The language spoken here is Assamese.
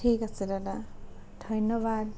ঠিক আছে দাদা ধন্যবাদ